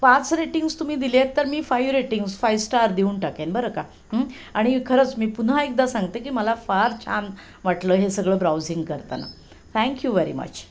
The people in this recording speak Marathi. पाच रेटिंग्स तुम्ही दिले आहेत तर मी फाईव्ह रेटिंग्ज फाईव्ह स्टार देऊन टाकेन बरं का आणि खरंच मी पुन्हा एकदा सांगते की मला फार छान वाटलं हे सगळं ब्राउझिंग करताना थँक्यू व्हेरी मच